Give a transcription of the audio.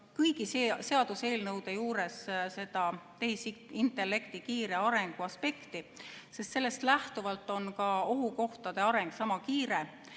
kõigi seaduseelnõude juures seda tehisintellekti kiire arengu aspekti, sest sellest lähtuvalt on ka ohukohtade areng sama kiire.